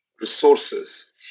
resources